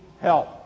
help